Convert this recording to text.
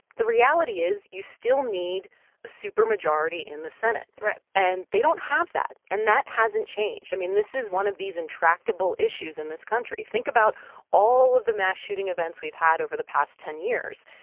the reality is you still need a supermajority in the senate right and they don't have that. and that hasn't changed. i mean, this is one of these intractable issues in this country. think about all of the mass shooting events we've had over the past ten years.